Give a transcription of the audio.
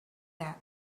that